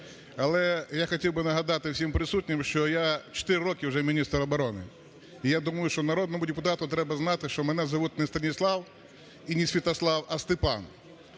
Але я хотів би нагадати всім присутнім, що я чотири роки вже міністр оборони і, я думаю, що народному депутату треба знати, що мене звуть не Станіслав, і не Святослав, а Степан.